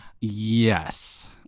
yes